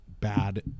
bad